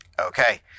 okay